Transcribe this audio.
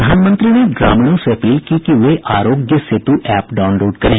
प्रधानमंत्री ने ग्रामीणों से अपील की कि वे आरोग्य सेतु ऐप डाउनलोड करें